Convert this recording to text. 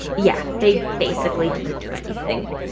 yeah. they basically didn't do anything.